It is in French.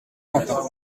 quentin